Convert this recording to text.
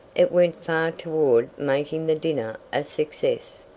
it went far toward making the dinner a success.